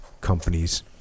companies